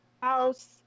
house